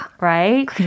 right